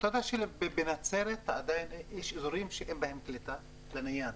אתה יודע שבנצרת עדיין יש אזורים שאין בהם קליטה בנייד?